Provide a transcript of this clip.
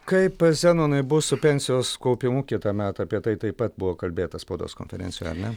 kaip zenonai bus su pensijos kaupimu kitąmet apie tai taip pat buvo kalbėta spaudos konferencijoj ar ne